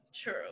True